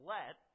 Let